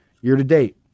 year-to-date